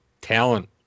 talent